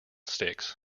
sticks